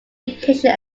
education